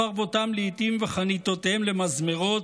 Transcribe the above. חרבותם לְאִתִּים וחניתותיהם למזמרות.